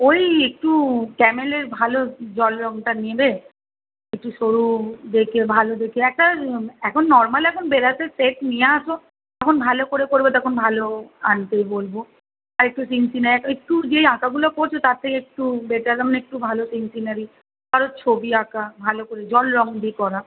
ওই একটু ক্যামেলের ভালো জল রঙটা নেবে একটু সরু দেখে ভালো দেখে একটা এখন নরমাল এখন বেড়াচ্ছে সেট নিয়ে আসো যখন ভালো করে করবে তখন ভালো আনতে বলবো আর একটু ফিনফিনে ওই একটু যেই আঁকাগুলো করছো তাতে একটু বেটার মানে একটু ভালো সিন সিনারি কারোর ছবি আঁকা ভালো করে জল রঙ দিয়ে করা